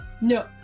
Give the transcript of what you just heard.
no